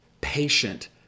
patient